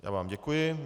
Já vám děkuji.